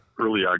early